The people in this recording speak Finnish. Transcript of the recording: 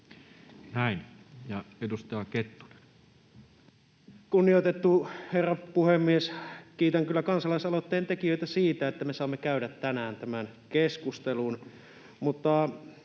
Time: 17:10 Content: Kunnioitettu herra puhemies! Kiitän kyllä kansalaisaloitteen tekijöitä siitä, että me saamme käydä tänään tämän keskustelun,